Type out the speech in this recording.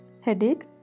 Headache